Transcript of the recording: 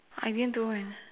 I didn't do leh